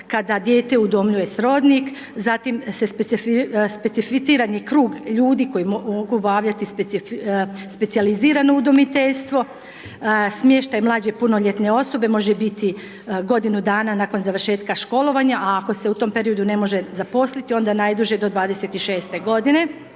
kada dijete udomljuje srodnik, zatim se specificiran je krug ljudi koji mogu obavljati specijalizirano udomiteljstvo, smještaj mlađe punoljetne osobe može biti godinu dana nakon završetka školovanja, a ako se u tom periodu ne može zaposliti onda najduže do 26 godine.